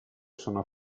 sono